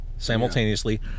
Simultaneously